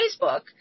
Facebook